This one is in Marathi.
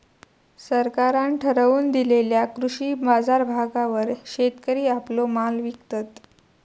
सरकारान ठरवून दिलेल्या कृषी बाजारभावावर शेतकरी आपलो माल विकतत